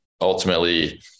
ultimately